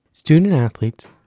Student-athletes